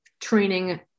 training